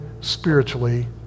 spiritually